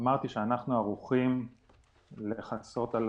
אנחנו ערוכים לכסות על